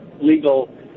legal